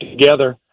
together